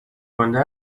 گنده